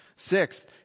Sixth